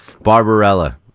Barbarella